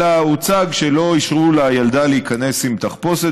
אלא הוצג שלא אישרו לילדה להיכנס עם תחפושת